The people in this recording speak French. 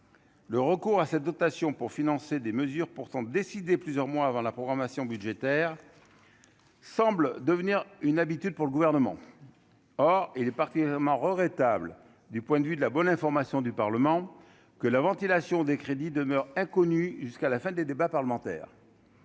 le recours à cette dotation pour financer des mesures pourtant décidé plusieurs mois avant la programmation budgétaire semble devenir une habitude pour le gouvernement, or il est particulièrement regrettable du point de vue de la bonne information du Parlement que la ventilation des crédits demeure inconnue jusqu'à la fin des débats parlementaires,